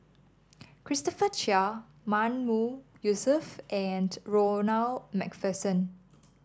Christopher Chia Mahmood Yusof and Ronald MacPherson